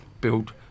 build